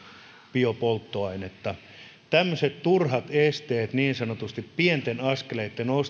biopolttoaineen myymistä tämmöiset turhat esteet niin sanotusti pienten askeleitten